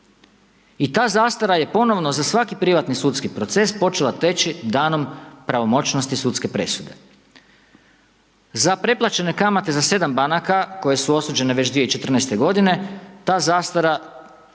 I ta zastara je ponovno za svaki privatni sudski proces počela teći danom pravomoćnosti sudske presude. Za preplaćene kamate za 7 banaka koje su osuđene već 2014.g. ta zastara